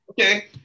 Okay